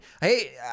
Hey